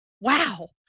wow